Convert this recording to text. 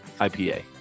IPA